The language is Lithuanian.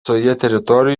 teritorijoje